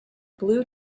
blue